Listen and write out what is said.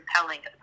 compelling